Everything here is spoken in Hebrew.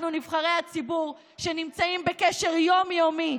אנחנו, נבחרי הציבור שנמצאים בקשר יום-יומי,